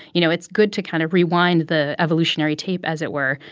you know, it's good to kind of rewind the evolutionary tape, as it were,